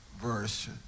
verse